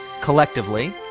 collectively